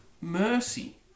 mercy